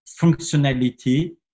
functionality